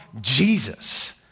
Jesus